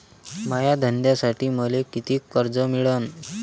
माया धंद्यासाठी मले कितीक कर्ज मिळनं?